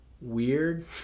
weird